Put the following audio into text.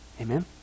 Amen